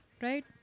Right